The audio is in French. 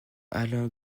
alain